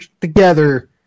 together